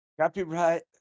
Copyright